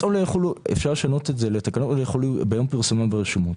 אפשר לשנות ולומר ש"תקנות אלה יחולו ביום פרסומן ברשומות".